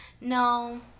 no